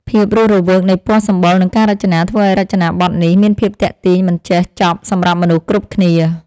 ភាពរស់រវើកនៃពណ៌សម្បុរនិងការរចនាធ្វើឱ្យរចនាប័ទ្មនេះ មានភាពទាក់ទាញមិនចេះចប់សម្រាប់មនុស្សគ្រប់គ្នា។